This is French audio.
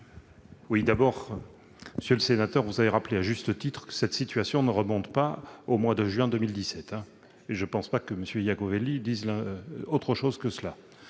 ministre. Monsieur le sénateur, vous avez rappelé, à juste titre, que cette situation ne remonte pas au mois de juin 2017. Je ne pense pas que M. Iacovelli dise autre chose.